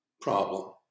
problem